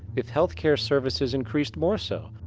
if health care services increased more so.